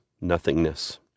nothingness